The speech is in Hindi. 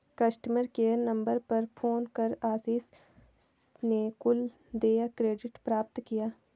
कस्टमर केयर नंबर पर फोन कर आशीष ने कुल देय क्रेडिट प्राप्त किया